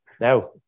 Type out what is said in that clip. Now